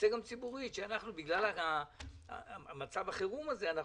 בגלל מצב החירום הזה,